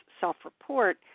self-report